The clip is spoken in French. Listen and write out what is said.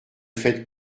faites